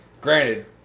granted